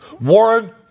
Warren